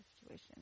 situation